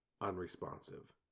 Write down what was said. unresponsive